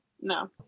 No